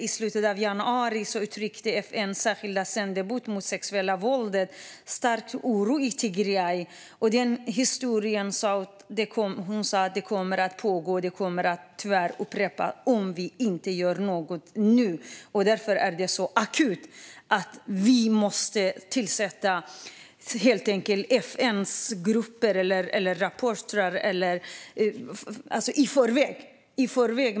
I slutet av januari uttryckte FN:s särskilda sändebud mot sexuellt våld en stark oro över situationen i Tigray. Hon sa att det här kommer att pågå och tyvärr upprepas om vi inte gör något nu. Det här är akut, och FN måste tillsätta grupper och annat i förväg.